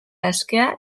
askea